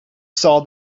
saw